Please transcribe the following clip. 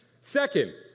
Second